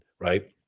right